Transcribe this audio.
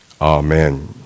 Amen